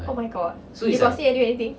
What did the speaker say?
oh my god you got see any anything